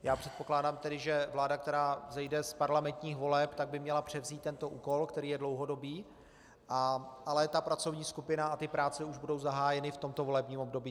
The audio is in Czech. Předpokládám tedy, že vláda, která vzejde z parlamentních voleb, by měla převzít tento úkol, který je dlouhodobý, ale pracovní skupina a práce už budou zahájeny v tomto volebním období.